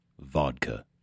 Vodka